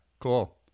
Cool